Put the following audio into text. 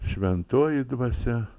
šventoji dvasia